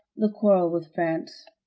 the quarrel with france.